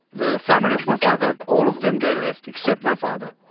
the family of my father, all of them, they left, except my father.